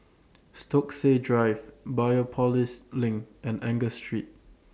Stokesay Drive Biopolis LINK and Angus Street